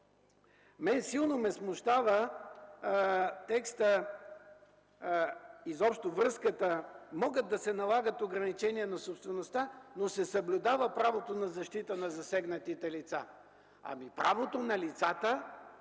силно ме смущава текстът „могат да се налагат ограничения на собствеността, но се съблюдава правото на защита на засегнатите лица”. Правото на лицата